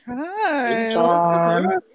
Hi